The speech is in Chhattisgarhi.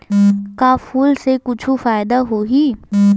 का फूल से कुछु फ़ायदा होही?